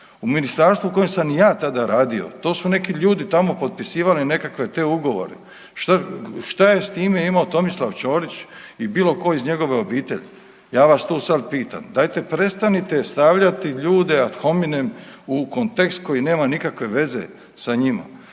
u ministarstvu u kojem sam i ja tada radio, to su neki ljudi tamo potpisivali nekakve te ugovore. Šta je s time imao Tomislav Ćorić ili bilo tko iz njegove obitelji? Ja vas tu sad pitam, dajte prestanite stavljati ljude ad hominem u kontekst koji nema nikakve veze sa njima.